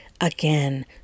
again